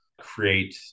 create